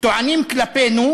טוענים כלפינו,